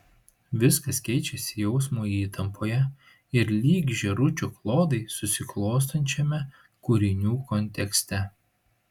viskas keičiasi jausmo įtampoje ir lyg žėručio klodai susiklostančiame kūrinių kontekste